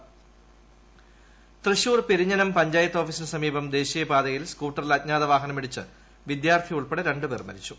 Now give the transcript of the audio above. വാഹനാപകടം തൃശൂർ പെരിഞ്ഞനം പഞ്ചായത്ത് ഔഫീസിന് സമീപം ദേശീയ പാതയിൽ സ്കൂട്ടറിൽ അജ്ഞാത വാഹ്ന്നമീടിച്ച് വിദ്യാർത്ഥി ഉൾപ്പെടെ രണ്ട് പേർ മരിച്ചു